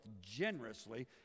generously